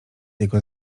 jego